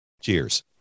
Cheers